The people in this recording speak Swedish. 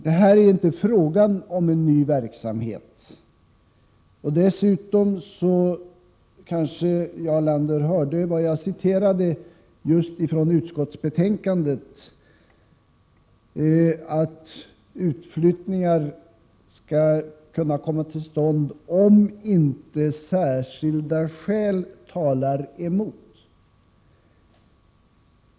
Men här är det inte fråga om någon ny verksamhet, och dessutom kanske Jarl Lander hörde vad jag citerade just från utskottsbetänkandet om att utflyttningar skall komma till stånd om inte särskilda skäl talar emot.